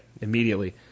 immediately